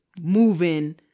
moving